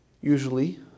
usually